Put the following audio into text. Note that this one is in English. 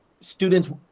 students